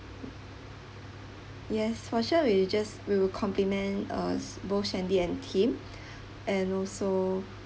yes for sure we'll just we will compliment uh both sandy and tim and also